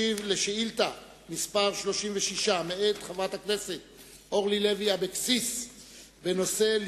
36 מאת חברת הכנסת אורלי לוי אבקסיס בנושא: